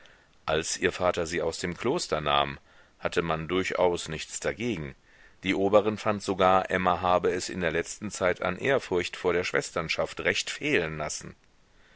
als ihr vater sie aus dem kloster nahm hatte man durchaus nichts dagegen die oberin fand sogar emma habe es in der letzten zeit an ehrfurcht vor der schwesternschaft recht fehlen lassen